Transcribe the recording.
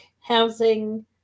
housing